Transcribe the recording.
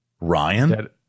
ryan